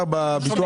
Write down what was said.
בביטוח